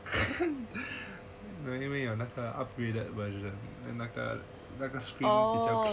but anyway 有那个 upgraded version 那个 screen 会比较 clear